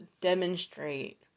demonstrate